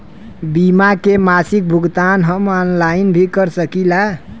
बीमा के मासिक भुगतान हम ऑनलाइन भी कर सकीला?